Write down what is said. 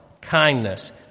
kindness